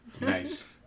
Nice